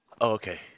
okay